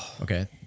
Okay